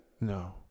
No